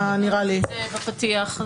זה בפתיח.